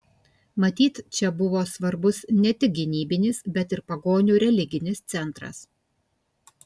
matyt čia buvo svarbus ne tik gynybinis bet ir pagonių religinis centras